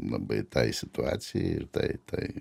labai tai situacijai ir tai tai